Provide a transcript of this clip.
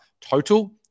total